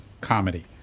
comedy